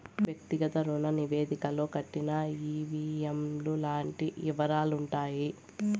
వ్యక్తిగత రుణ నివేదికలో కట్టిన ఈ.వీ.ఎం లు లాంటి యివరాలుంటాయి